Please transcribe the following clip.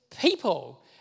people